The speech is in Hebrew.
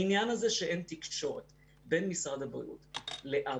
העניין הזה שאין תקשורת בין משרד הבריאות לא.ב.א,